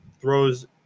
throws